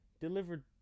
delivered